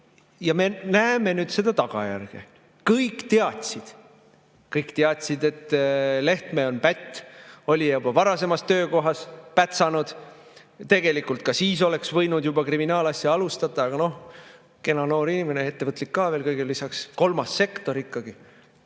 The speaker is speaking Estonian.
Ja me näeme nüüd seda tagajärge. Kõik teadsid! Kõik teadsid, et Lehtme on pätt. Oli juba varasemas töökohas pätsanud. Tegelikult ka siis oleks võinud juba kriminaalasja alustada, aga noh, kena noor inimene ja ettevõtlik ka veel kõigele lisaks, kolmas sektor ikkagi.